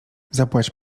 zapłać